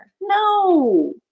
No